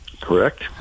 Correct